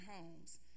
homes